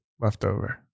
leftover